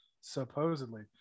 Supposedly